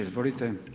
Izvolite.